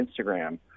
instagram